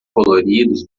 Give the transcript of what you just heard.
coloridos